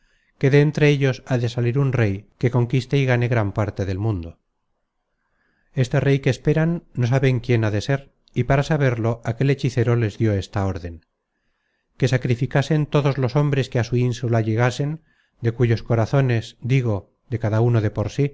de entre ellos ha de salir un rey que conquiste y gane gran parte del mundo este rey que esperan no saben quién ha de ser y para saberlo aquel hechicero les dió esta órden que sacrificasen todos los hombres que á su insula llegasen de cuyos corazones digo de cada uno de